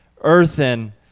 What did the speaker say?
earthen